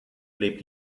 lebt